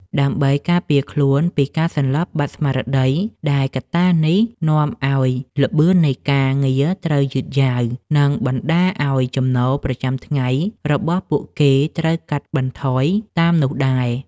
ដើម្បីការពារខ្លួនពីការសន្លប់បាត់ស្មារតី ដែលកត្តានេះនាំឱ្យល្បឿននៃការងារត្រូវយឺតយ៉ាវ និងបណ្តាលឱ្យចំណូលប្រចាំថ្ងៃរបស់ពួកគេត្រូវកាត់បន្ថយតាមនោះដែរ។